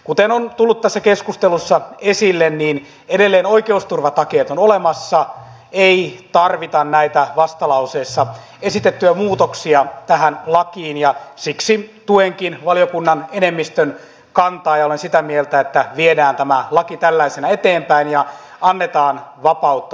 kuten on tullut tässä keskustelussa esille niin edelleen oikeusturvatakeet ovat olemassa ei tarvita näitä vastalauseessa esitettyjä muutoksia tähän lakiin ja siksi tuenkin valiokunnan enemmistön kantaa ja olen sitä mieltä että viedään tämä laki tällaisena eteenpäin ja annetaan vapautta toimia